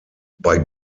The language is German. bei